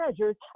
treasures